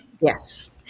Yes